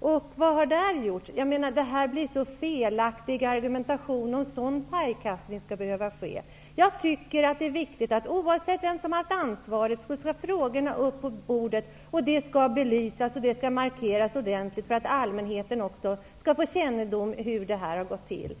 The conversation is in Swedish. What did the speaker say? och vad har där skett? Det blir så felaktig argumentation med en sådan pajkastning. Jag tycker att det är viktigt att dessa frågor skall upp på bordet, oavsett vem som har haft ansvaret. Frågorna skall belysas ordentligt för att också allmänheten skall få kännedom om hur det hela har gått till.